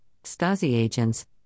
Stasi-Agents